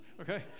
Okay